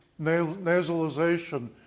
nasalization